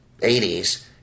80s